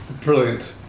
Brilliant